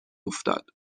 افتاد